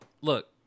look